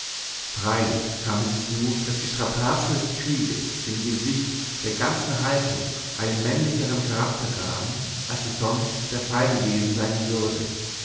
freilich kam hinzu daß die strapazen des kriegs dem gesicht der ganzen haltung einen männlichern charakter gaben als es sonst der fall gewesen sein würde